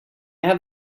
have